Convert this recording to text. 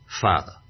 Father